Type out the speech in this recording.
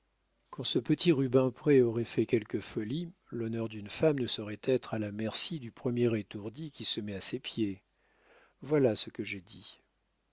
quand ce petit rubempré aurait fait quelque folie l'honneur d'une femme ne saurait être à la merci du premier étourdi qui se met à ses pieds voilà ce que j'ai dit